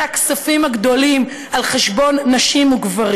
הכספים הגדולים על חשבון נשים וגברים.